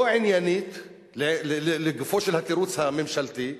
לא עניינית, לגופו של התירוץ הממשלתי,